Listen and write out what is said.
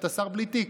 אתה שר בלי תיק.